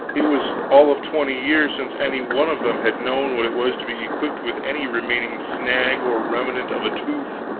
it was all of twenty years since any one of them had known what it was to be equipped with any remaining snag or remnant of a tooth.